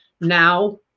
Now